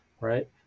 right